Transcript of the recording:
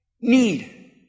need